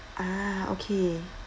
ah okay